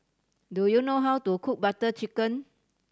do you know how to cook Butter Chicken